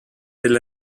del